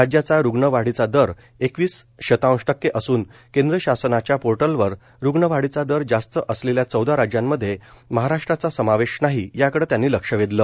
राज्याचा रुग्णवाढीचा दर एकवीस शतांश टक्के असून केंद्र शासनाच्या पोर्टलवर रुग्णवाढीचा दर जास्त असलेल्या चौदा राज्यांमध्ये महाराष्ट्राचा समावेश नाही याकडं त्यांनी लक्ष वेधलं